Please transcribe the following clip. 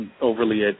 Overly